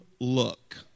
look